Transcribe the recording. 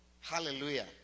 hallelujah